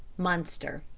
munster.